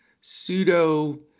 pseudo